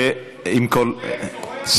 הוא לא יכול, הוא שותה.